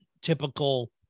typical